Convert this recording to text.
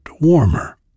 warmer